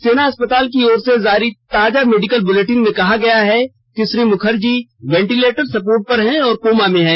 सेना अस्पताल की ओर से जारी ताजा मेडिकल बुलेटिन में कहा गया है कि श्री मुखर्जी वेंटीलेटर स्पोर्ट पर हैं और कोमा में हैं